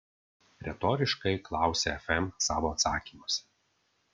retoriškai klausia fm savo atsakymuose